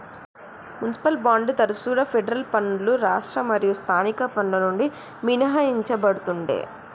municipal బాండ్లు తరచుగా federal పన్నులు రాష్ట్ర మరియు స్థానిక పన్నుల నుండి మినహాయించబడతుండే